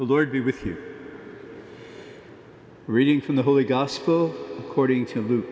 lord be with you reading from the holy gospel according to l